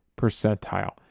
percentile